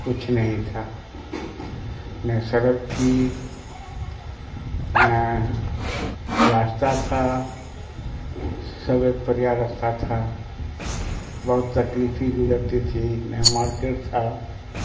کچھ نہیں تھا نہ سڑک تھی نہ راستہ تھا سب ایک پریا رستہ تھا بہت تکلیفیں گزرتی تھیں نہ مارکیٹ تھا